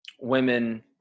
women